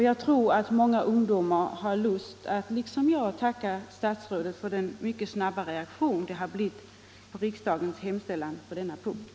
Jag tror att många ungdomar har lust att liksom jag tacka statsrådet för den mycket snabba reaktionen på riksdagens hemställan på denna punkt.